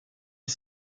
est